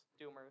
doomers